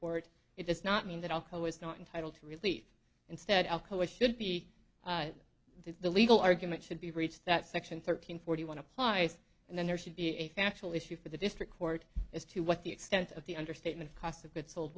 court it does not mean that alcoa is not entitled to relief instead alcoa should be the legal argument should be breached that section thirteen forty one applies and then there should be a factual issue for the district court as to what the extent of the understatement cost of goods sold